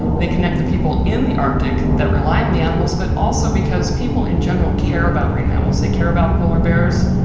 they connect the people in the arctic that rely on the animals but also because people in general care about marine mammals, they care about polar bears,